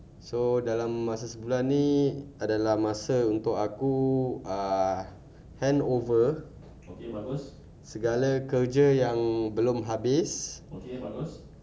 so dalam masa sebulan ni adalah masa untuk aku uh hand over segala kerja yang belum habis